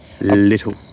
little